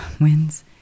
wins